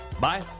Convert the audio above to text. Bye